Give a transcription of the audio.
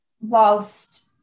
whilst